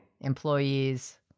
Employees